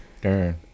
Darn